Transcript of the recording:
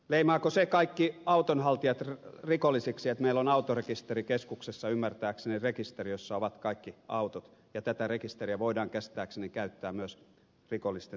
leimaako se kaikki autonhaltijat rikollisiksi että meillä on autorekisterikeskuksessa ymmärtääkseni rekisteri jossa ovat kaikki autot ja tätä rekisteriä voidaan käsittääkseni käyttää myös rikollisten tekojen selvittämiseen